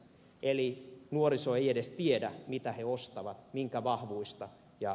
eli nuoriso ei edes tiedä mitä he ostavat minkä vahvuista jnp